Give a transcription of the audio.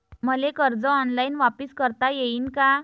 मले कर्ज ऑनलाईन वापिस करता येईन का?